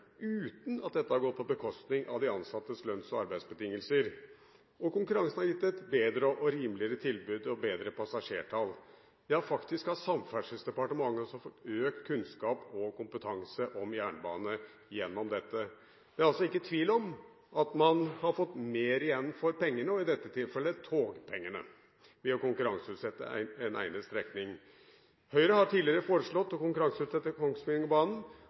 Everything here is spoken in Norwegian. uten at dette har gått på bekostning av de ansattes lønns- og arbeidsbetingelser, og konkurransen har gitt et bedre og rimeligere tilbud og bedre passasjertall. Ja, faktisk har Samferdselsdepartementet også fått økt kunnskap og kompetanse om jernbane gjennom dette. Det er altså ikke tvil om at man har fått mer igjen for pengene, i dette tilfellet togpengene, ved å konkurranseutsette en egnet strekning. Høyre har tidligere foreslått å konkurranseutsette